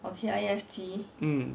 mm